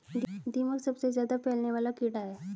दीमक सबसे ज्यादा फैलने वाला कीड़ा है